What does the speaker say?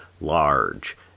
large